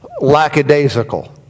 lackadaisical